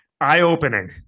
eye-opening